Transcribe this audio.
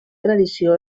tradició